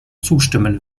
zustimmen